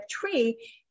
three